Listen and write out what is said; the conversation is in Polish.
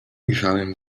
ujrzałem